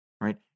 right